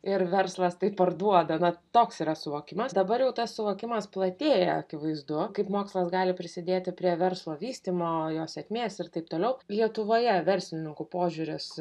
ir verslas tai parduoda na toks yra suvokimas dabar jau tas suvokimas platėja akivaizdu kaip mokslas gali prisidėti prie verslo vystymo jo sėkmės ir taip toliau lietuvoje verslininkų požiūris